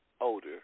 older